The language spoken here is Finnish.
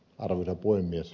arvoisa puhemies